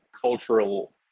cultural